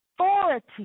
authority